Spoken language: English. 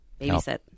babysit